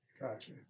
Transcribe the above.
Gotcha